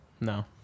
No